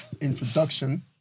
introduction